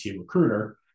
recruiter